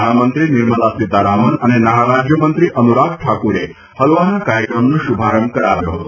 નાણામંત્રી નિર્મલા સીતારામન અને નાણાંરાજયમંત્રી અનુરાગ ઠાકુરે હલવાના કાર્યક્રમનો શુભારંભ કરાવ્યો હતો